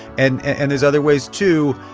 and and there's other ways, too,